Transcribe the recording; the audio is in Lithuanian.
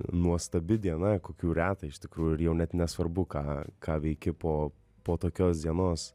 nuostabi diena kokių reta iš tikrųjų ir jau net nesvarbu ką ką veiki po po tokios dienos